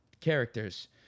characters